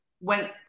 went